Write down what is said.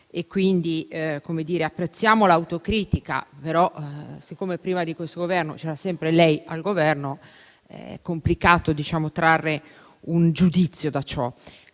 dire - apprezziamo l'autocritica. Però, siccome prima di questo Governo c'era sempre lei al Governo, è complicato trarre un giudizio da ciò.